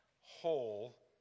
whole